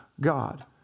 God